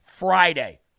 Friday